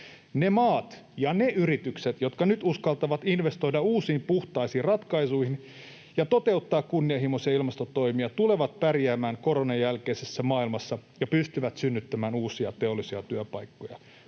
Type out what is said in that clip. Ne maat ja ne yritykset, jotka nyt uskaltavat investoida uusiin puhtaisiin ratkaisuihin ja toteuttaa kunnianhimoisia ilmastotoimia, tulevat pärjäämään koronan jälkeisessä maailmassa ja pystyvät synnyttämään uusia teollisia työpaikkoja.